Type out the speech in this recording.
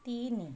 ତିନି